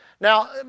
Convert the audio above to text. Now